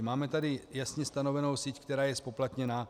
Máme tady jasně stanovenou síť, která je zpoplatněná.